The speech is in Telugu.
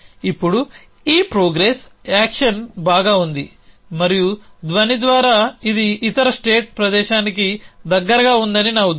ఇప్పుడు ఈ ప్రోగ్రెస్ యాక్షన్ బాగా ఉంది మరియు ధ్వని ద్వారా ఇది ఇతర స్టేట్ ప్రదేశానికి దగ్గరగా ఉందని నా ఉద్దేశ్యం